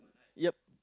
ya